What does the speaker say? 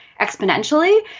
exponentially